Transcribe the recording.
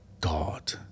god